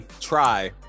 try